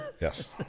Yes